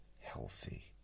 healthy